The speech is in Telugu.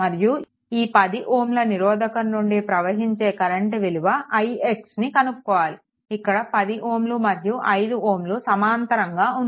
4 ix మరియు ఈ 10 Ωల నిరోధకం నుండి ప్రవహించే కరెంట్ విలువ ixను కనుక్కోవాలి ఇక్కడ 10 Ω మరియు 5 Ω సమాంతరంగా ఉన్నాయి